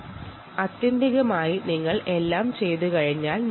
പക്ഷേ നിങ്ങൾക്ക് real time database സുരക്ഷയോടൊപ്പം കൊണ്ടുപോകാൻ കഴിയും